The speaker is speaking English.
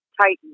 Titan